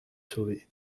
sauvé